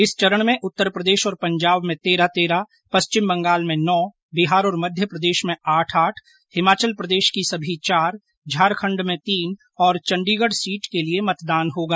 इस चरण में उत्तर प्रदेश और पंजाब में तेरह तेरह पश्चिम बंगाल में नौ बिहार और मध्य प्रदेश में आठ आठ हिमाचल की सभी चार झारखंड में तीन और चंडीगढ़ सीट के लिये मतदान होगा